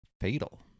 Fatal